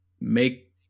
make